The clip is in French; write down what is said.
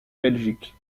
belgique